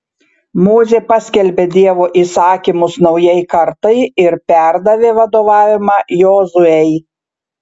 mozė paskelbė dievo įsakymus naujai kartai ir perdavė vadovavimą jozuei